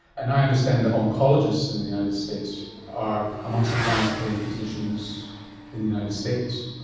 and i understand that oncologists in the united states are amongst the highest paid physicians in the united states.